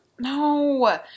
No